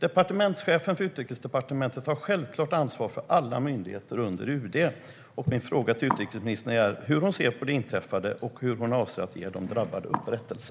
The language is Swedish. Departementschefen för Utrikesdepartementet har självklart ansvar för alla myndigheter under UD, och min fråga till utrikesministern är hur hon ser på det inträffade samt hur hon avser att ge de drabbade upprättelse.